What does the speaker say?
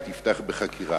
היא תפתח בחקירה.